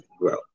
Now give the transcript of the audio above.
grow